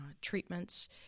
treatments